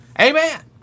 amen